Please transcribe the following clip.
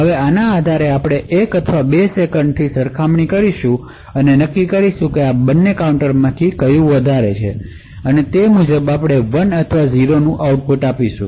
હવે આના આધારે આપણે 1 અથવા 2 સેકંડ પછી સરખામણી કરીશું અને નક્કી કરીએ કે આ 2 કાઉન્ટરોમાંથી ક્યુ વધારે છે અને તે મુજબ આપણે 1 અથવા 0 નું આઉટપુટ આપીશું